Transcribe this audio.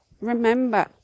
remember